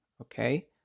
okay